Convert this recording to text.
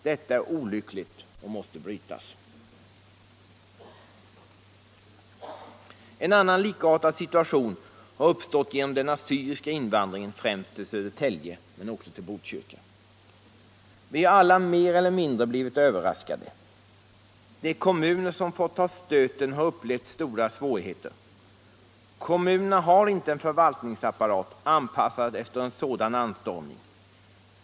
Detta är olyckligt och måste brytas. En annan likartad situation har uppstått genom den assyriska invandringen främst till Södertälje men också till Botkyrka. Vi har alla mer eller mindre blivit överraskade. De kommuner som fått ta stöten har upplevt stora svårigheter. Kommunerna har inte en förvaltningsapparat anpassad efter en sådan anstormning.